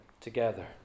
together